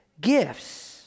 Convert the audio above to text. gifts